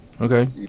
okay